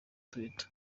twitter